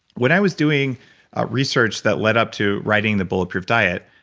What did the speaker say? when i was doing research that led up to writing the bulletproof diet,